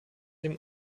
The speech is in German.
dem